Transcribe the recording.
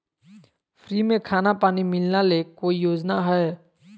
Free में खाना पानी मिलना ले कोइ योजना हय?